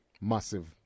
Massive